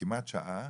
כמעט שעה